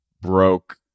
broke